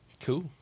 cool